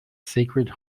sacred